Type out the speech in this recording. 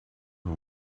her